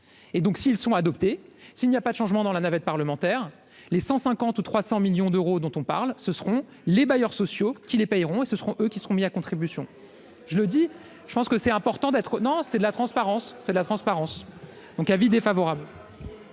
et donc s'ils sont adoptés, s'il n'y a pas de changement dans la navette parlementaire, les 150 ou 300 millions d'euros, dont on parle, ce seront les bailleurs sociaux qui les payeront et ce seront eux qui seront mis à contribution, je le dis, je pense que c'est important d'être non c'est de la transparence, c'est la transparence, donc avis défavorable.